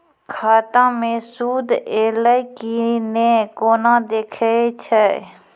खाता मे सूद एलय की ने कोना देखय छै?